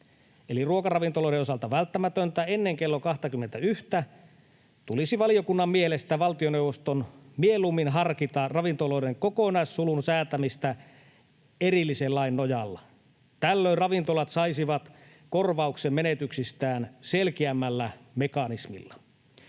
ruokaravintoloiden osalta välttämätöntä ennen kello 21:tä, tulisi valiokunnan mielestä valtioneuvoston mieluummin harkita ravintoloiden kokonaissulun säätämistä erillisen lain nojalla. Tällöin ravintolat saisivat korvauksen menetyksistään selkeämmällä mekanismilla.